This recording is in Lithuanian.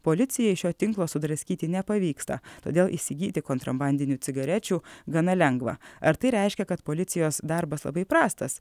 policijai šio tinklo sudraskyti nepavyksta todėl įsigyti kontrabandinių cigarečių gana lengva ar tai reiškia kad policijos darbas labai prastas